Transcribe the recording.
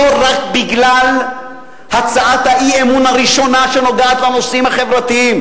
לא רק בגלל הצעת האי-אמון הראשונה שנוגעת לנושאים החברתיים,